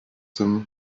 them